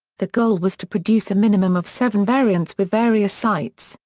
the goal was to produce a minimum of seven variants with various sights,